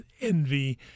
envy